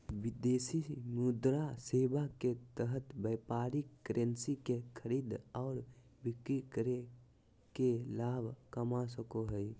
विदेशी मुद्रा सेवा के तहत व्यापारी करेंसी के खरीद आर बिक्री करके लाभ कमा सको हय